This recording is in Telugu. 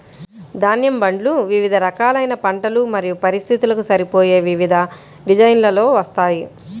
ధాన్యం బండ్లు వివిధ రకాలైన పంటలు మరియు పరిస్థితులకు సరిపోయే వివిధ డిజైన్లలో వస్తాయి